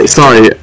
sorry